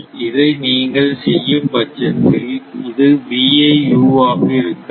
இதை நீங்கள் செய்யும் பட்சத்தில் இது VIU ஆக இருக்காது